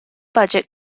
budget